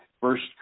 first